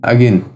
Again